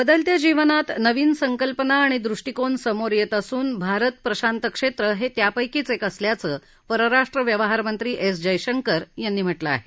बदलत्या जीवनात नवीन संकल्पना आणि दृष्टीकोन समोर येत असून भारत प्रशांत क्षेत्र हे त्यापैकीच एक असल्याचं परराष्ट्र व्यवहार मंत्री एस जयशंकर यांनी म्हटलं आहे